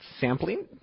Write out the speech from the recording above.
sampling